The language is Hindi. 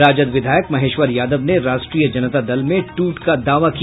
राजद विधायक महेश्वर यादव ने राष्ट्रीय जनता दल में टूट का दावा किया